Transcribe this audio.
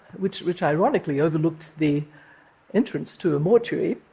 which which ironically overlooked the entrance to a mortuary,